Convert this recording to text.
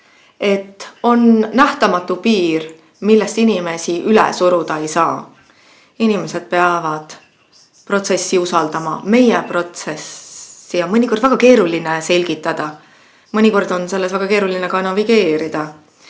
on nähtamatu piir, millest inimesi üle suruda ei saa. Inimesed peavad protsessi usaldama. Mõnikord on seda väga keeruline selgitada, mõnikord on selles väga keeruline navigeerida.